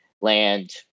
land